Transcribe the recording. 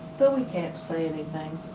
but we can't say anything.